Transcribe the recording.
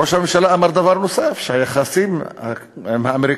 ראש הממשלה אמר דבר נוסף, שהיחסים עם האמריקנים